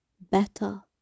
Better